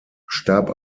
starb